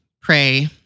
pray